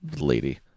lady